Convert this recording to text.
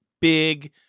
big